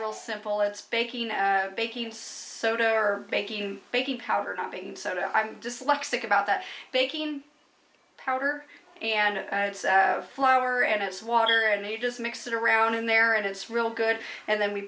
real simple it's baking baking soda or baking baking powder not baking soda i'm dyslexic about that baking powder and flour and it's water and they just mix it around in there and it's really good and then we